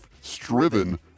striven